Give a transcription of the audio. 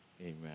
amen